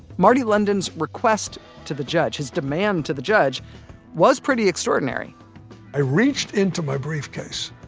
marty london's request to the judge his demand to the judge was pretty extraordinary i reached into my briefcase